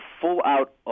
full-out